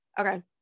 okay